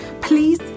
please